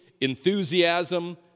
enthusiasm